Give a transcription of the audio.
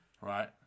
Right